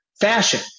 fashion